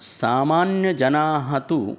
सामान्यजनाः तु